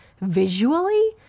visually